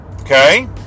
okay